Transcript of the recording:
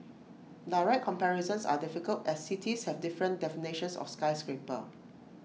direct comparisons are difficult as cities have different definitions of skyscraper